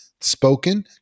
spoken